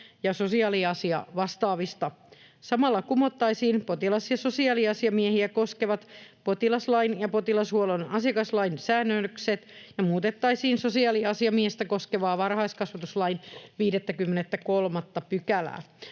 ja sosiaaliasiavastaavista. Samalla kumottaisiin potilas- ja sosiaaliasiamiehiä koskevat potilaslain ja sosiaalihuollon asiakaslain säännökset ja muutettaisiin sosiaaliasiamiestä koskevaa varhaiskasvatuslain 53 §:ää.